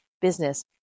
business